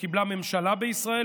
שקיבלה ממשלה בישראל,